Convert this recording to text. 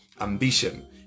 ambition